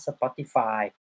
Spotify